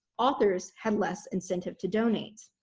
authors had less incentive to donate.